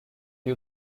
for